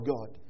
God